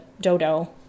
Dodo